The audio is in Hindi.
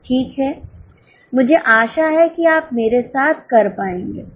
ठीक है मुझे आशा है कि आप मेरे साथ कर पाएंगे